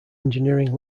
engineering